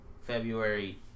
February